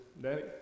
Daddy